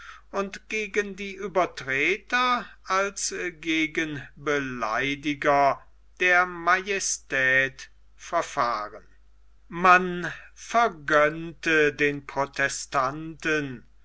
und gegen die uebertreter als gegen beleidiger der majestät verfahren man vergönnte den protestanten